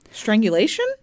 Strangulation